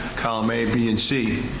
column a, b, and c.